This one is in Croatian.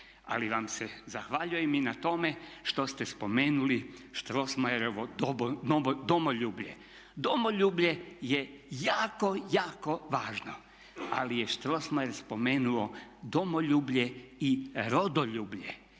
Ali vam se zahvaljujem i na tome što ste spomenuli Strossmayerovo domoljublje. Domoljublje je jako, jako važno ali je Strossmayer spomenuo domoljublje i rodoljublje.